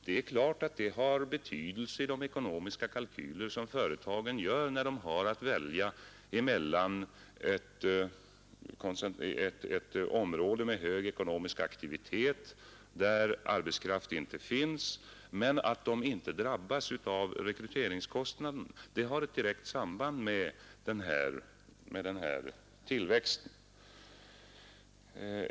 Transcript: Naturligtvis har detta betydelse i de ekonomiska kalkyler som företagen gör när de väljer ett område med hög ekonomisk aktivitet där arbetskraft inte finns, men att de inte drabbas av rekryteringskostnaden har ett direkt samband med tillväxten i ett etableringsområde.